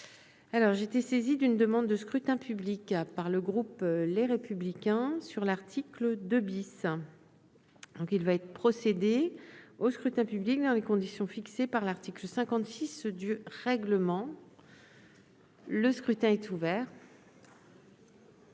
j'ai été saisi d'une demande de scrutin public à par le groupe, les républicains sur l'article 2 bis, donc il va être procédé au scrutin public dans les conditions fixées par l'article 56 du règlement. Le scrutin est ouvert.